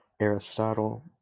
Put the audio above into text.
aristotle